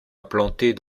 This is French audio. implantées